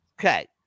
Okay